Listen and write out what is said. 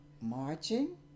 marching